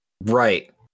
right